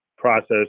Process